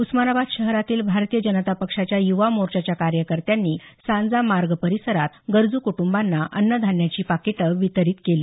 उस्मानाबाद शहरातील भारतीय जनता पक्षाच्या युवा मोर्चाच्या कार्यकर्त्यांनी सांजा मार्ग परिसरात गरजू कुटंबांना अन्न धान्याची पाकिटं वितरित केली